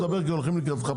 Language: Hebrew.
אני קורא לזה קנס.